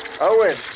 Owen